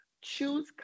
Choose